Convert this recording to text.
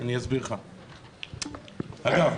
אגב,